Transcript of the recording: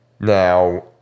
Now